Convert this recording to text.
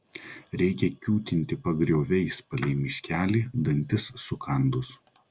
reikia kiūtinti pagrioviais palei miškelį dantis sukandus